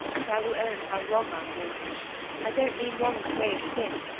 but i will own how wrong i did i don't mean wrong in the way of sin,